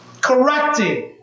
correcting